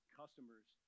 customers